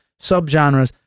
subgenres